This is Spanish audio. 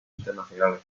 internacionales